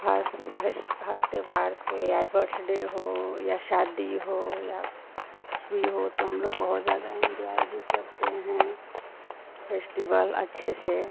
हर fest हर त्योहार प या बर्थ डे हो या शादी हो या कुछ भी हो तो हमलोग बहुत ज़्यादा एन्ज़ॉय भी करते हैं फ़ेस्टिवल अच्छे से